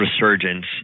resurgence